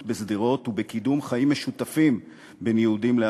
בשדרות ובקידום חיים משותפים בין יהודים לערבים.